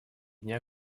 дня